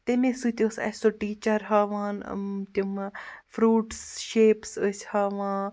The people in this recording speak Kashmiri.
تَمے سۭتۍ ٲس اَسہِ سُہ ٹیٖچَر ہاوان تِمہٕ فرٛوٗٹٕس شیپٕس ٲسۍ ہاوان